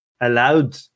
allowed